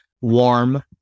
warm